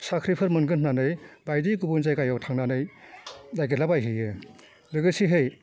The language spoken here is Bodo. साख्रिफोर मोनगोन होन्नानै बायदि गुबुन जायगायाव थांनानै नागिरलाबायहैयो लोगोसेहै